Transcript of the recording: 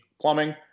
Plumbing